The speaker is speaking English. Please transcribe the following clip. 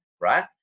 Right